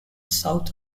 south